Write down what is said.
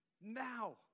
now